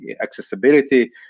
accessibility